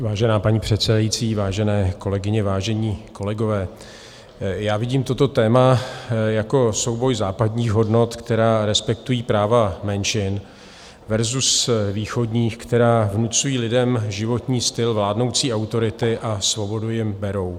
Vážená paní předsedající, vážené kolegyně, vážení kolegové, vidím toto téma jako souboj západních hodnot, které respektují práva menšin, versus východních, které vnucují lidem životní styl vládnoucí autority a svobodu jim berou.